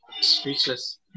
Speechless